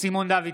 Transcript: סימון דוידסון,